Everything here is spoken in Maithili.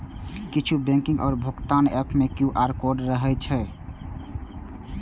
किछु बैंकिंग आ भुगतान एप मे क्यू.आर कोड रहै छै